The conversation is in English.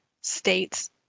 states